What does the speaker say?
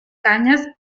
canyes